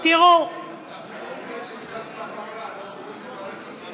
יום ההולדת שלי בפגרה, לא תוכלו לברך אותי.